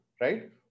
right